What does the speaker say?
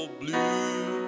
blue